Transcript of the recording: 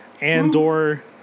Andor